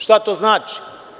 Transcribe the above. Šta to znači?